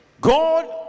God